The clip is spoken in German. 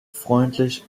freundlich